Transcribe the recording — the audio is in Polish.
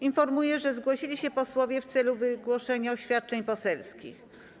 Informuję, że zgłosili się posłowie w celu wygłoszenia oświadczeń poselskich.